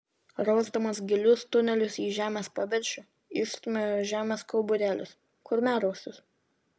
rausdamas gilius tunelius į žemės paviršių išstumia žemės kauburėlius kurmiarausius